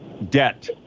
debt